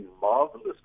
marvelous